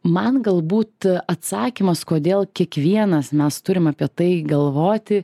man galbūt atsakymas kodėl kiekvienas mes turim apie tai galvoti